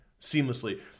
seamlessly